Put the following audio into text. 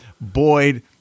Boyd